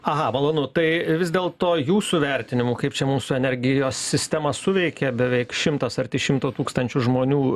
aha malonu tai vis dėl to jūsų vertinimu kaip čia mūsų energijos sistema suveikė beveik šimtas arti šimto tūkstančių žmonių